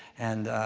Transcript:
and